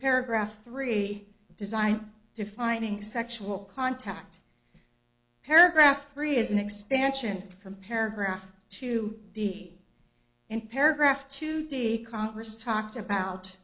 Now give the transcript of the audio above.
paragraph three design defining sexual contact paragraph three is an expansion from paragraph two d in paragraph two the congress talked about